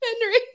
henry